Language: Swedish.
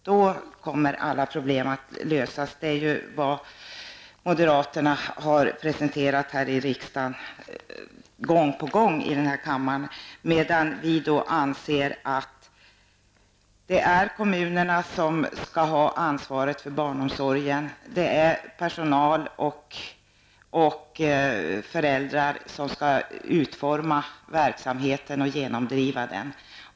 Det är ju vad moderaterna har presenterat gång på gång i den här kammaren, medan vi anser att det är kommunerna som skall ha ansvar för barnomsorgen och att det är personal och föräldrar som skall utforma verksamheten och genomdriva den.